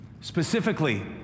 Specifically